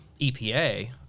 EPA